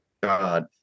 God